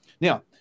Now